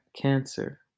cancer